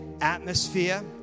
atmosphere